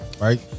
Right